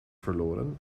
verloren